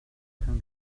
kann